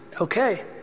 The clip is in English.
Okay